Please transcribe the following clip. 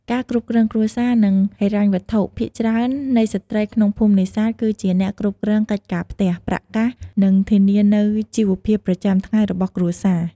ការគ្រប់គ្រងគ្រួសារ និងហិរញ្ញវត្ថុ ភាគច្រើននៃស្ត្រីក្នុងភូមិនេសាទ គឺជាអ្នកគ្រប់គ្រងកិច្ចការផ្ទះ ប្រាក់កាស និងធានានូវជីវភាពប្រចាំថ្ងៃរបស់គ្រួសារ។